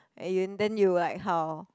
and you then you like how